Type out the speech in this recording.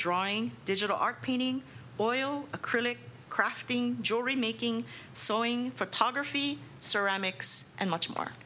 drawing digital art painting oil acrylic crafting jory making sewing photography ceramics and much more